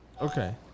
Okay